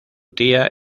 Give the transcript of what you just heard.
tía